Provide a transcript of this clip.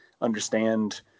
understand